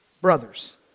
brothers